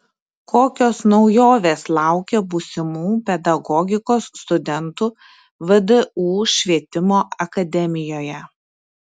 kokios naujovės laukia būsimų pedagogikos studentų vdu švietimo akademijoje